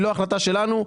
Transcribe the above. היא לא החלטה שלנו.